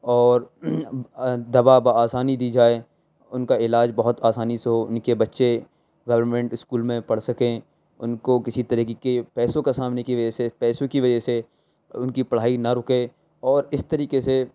اور دوا بہ آسانی دی جائے ان کا علاج بہت آسانی سے ہو ان كے بچّے گورمنٹ اسكول میں پڑھ سكیں ان کو کسی طرح کی کے پیسوں کا سامنے کی وجہ سے پیسوں کی وجہ سے ان کی پڑھائی نہ رکے اور اس طریقے سے